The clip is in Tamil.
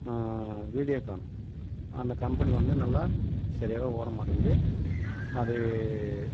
வீடியோகான் அந்த கம்பெனி வந்து நல்லா சரியாவே ஓட மாட்டிக்கிது அது